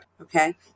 Okay